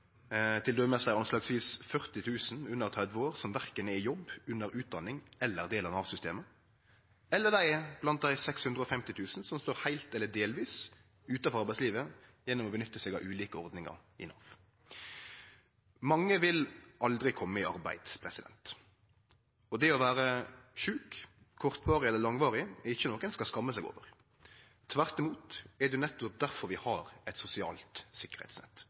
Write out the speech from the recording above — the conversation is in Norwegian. t.d. dei anslagsvis 40 000 under 30 år som verken er i jobb, under utdanning eller del av Nav-systemet – eller blant dei 650 000 som står heilt eller delvis utanfor arbeidslivet gjennom å nytte seg av ulike ordningar i Nav. Mange vil aldri kome i arbeid, og det å vere sjuk – kortvarig eller langvarig – er ikkje noko ein skal skamme seg over. Tvert imot er det jo nettopp derfor vi har eit sosialt